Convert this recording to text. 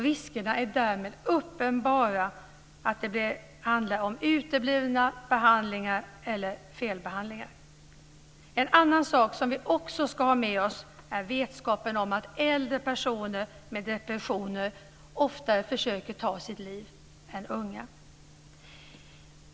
Riskerna är därmed uppenbara att det handlar om uteblivna behandlingar eller felbehandlingar. En annan sak som vi också ska ha med oss är vetskapen om att äldre personer med depressioner oftare försöker ta sitt liv än unga.